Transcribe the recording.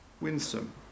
Winsome